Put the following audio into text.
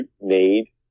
need